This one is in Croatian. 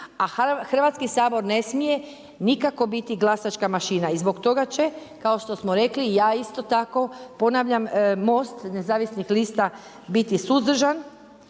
a Hrvatski sabor ne smije nikako biti glasačka mašina. I zbog toga će kao što smo rekli ja isto tako ponavljam MOST nezavisnih lista biti suzdržan,